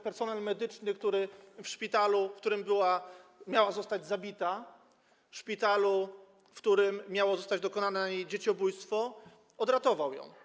Personel medyczny w szpitalu, w którym miała zostać zabita, w szpitalu, w którym miało zostać dokonane dzieciobójstwo, odratował ją.